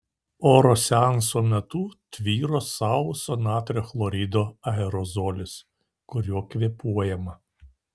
oro seanso metu tvyro sauso natrio chlorido aerozolis kuriuo kvėpuojama